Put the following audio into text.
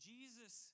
Jesus